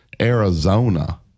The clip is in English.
Arizona